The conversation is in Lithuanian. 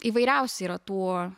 įvairiausi yra tų